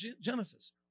Genesis